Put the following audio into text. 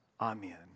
Amen